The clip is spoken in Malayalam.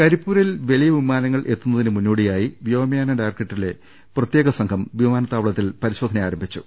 കരിപ്പൂരിൽ വലിയ വിമാനങ്ങൾ എത്തുന്നതിന് മുന്നോടിയായി വ്യോമയാന ഡയറക്ടറേറ്റിലെ പ്രത്യേക സംഘം വിമാനത്താവളത്തിൽ പരിശോധന ആരംഭിച്ചു